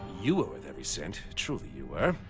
you were worth every cent. truly, you were.